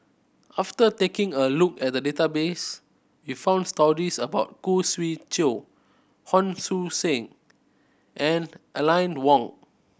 after taking a look at the database we found stories about Khoo Swee Chiow Hon Su Sen and Aline Wong